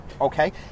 Okay